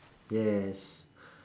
yes